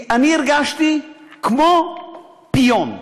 אני הרגשתי כמו פיון.